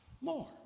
more